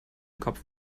kopf